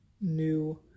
new